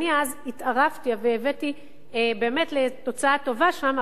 ואני אז התערבתי והבאתי לתוצאה טובה שם,